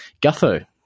Gutho